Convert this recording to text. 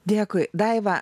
dėkui daiva